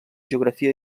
geografia